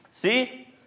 See